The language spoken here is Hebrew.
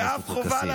ואף חובה,